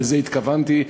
לזה התכוונתי.